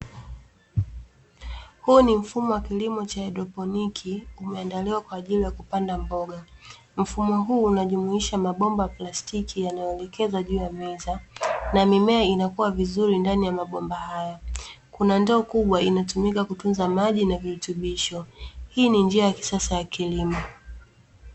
Huu ni mfumo wa kilimo cha haidroponi, umeandaliwa kwa ajili ya kupanda mboga. Mfumo huu unajumuisha mabomba ya plastiki yanayoelekezwa juu ya meza, na mimea inakua vizuri ndani ya mabomba hayo. Kuna ndoo kubwa inatumika kutunza maji na virutubisho. Hii ni njia ya kisasa ya kilimo.